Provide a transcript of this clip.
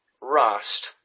rust